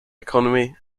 economy